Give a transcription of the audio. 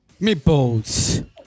Meatballs